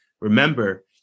remember